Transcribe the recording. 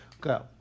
go